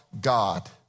god